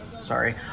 Sorry